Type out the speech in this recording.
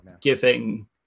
giving